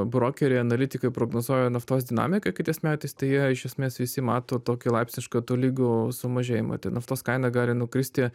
brokeriai analitikai prognozuoja naftos dinamiką kitais metais tai jie iš esmės visi mato tokį laipsnišką tolygų sumažėjimą tai naftos kaina gali nukristi